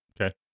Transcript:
okay